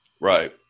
Right